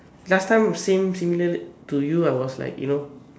last time same similar to you I was like you know